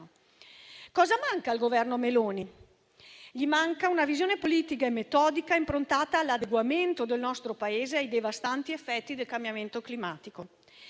Cosa manca al Governo Meloni? Manca una visione politica e metodica improntata all'adeguamento del nostro Paese e ai devastanti effetti del cambiamento climatico.